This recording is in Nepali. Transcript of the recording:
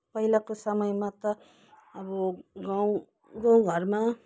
पहिलाको समयमा त अब गाउँ गाउँ घरमा